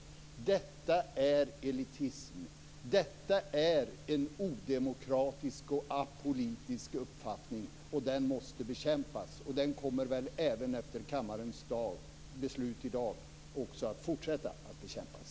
Detta är elitism! Detta är en odemokratisk och apolitisk uppfattning som måste bekämpas, och den kommer också efter kammarens beslut i dag att fortsätta att bekämpas.